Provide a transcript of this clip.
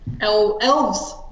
elves